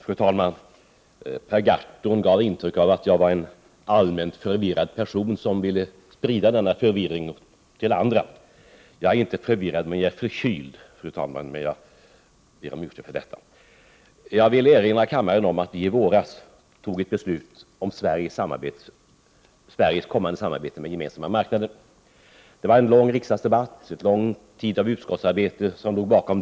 Fru talman! Per Gahrton ville ge intryck av att jag är en allmänt förvirrad person, som vill sprida sin förvirring till andra. Jag är inte förvirrad, men jag är förkyld, fru talman, och jag ber om ursäkt för detta. Jag vill erinra kammaren om att vi i våras tog ett beslut om Sveriges kommande samarbete med den gemensamma marknaden. Det var en lång riksdagsdebatt då, och en lång tid av utskottsarbete låg bakom.